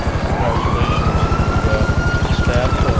congratulations to the staff,